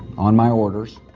on my orders,